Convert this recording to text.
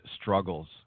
struggles